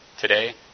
today